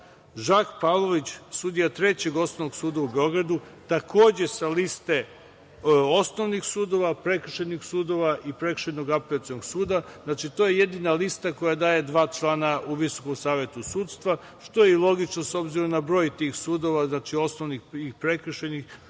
Žak Pavlović, sudija Trećeg osnovnog suda u Beogradu, takođe sa liste osnovnih sudova, prekršajnih sudova i Prekršajnog apelacionog suda. To je jedina lista koja daje dva člana u VSS, što je i logično, obzirom na broj tih sudova, znači, osnovnih i prekršajnih i